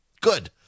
Good